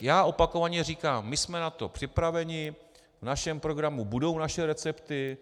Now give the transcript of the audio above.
Já opakovaně říkám, my jsme na to připraveni, v našem programu budou naše recepty.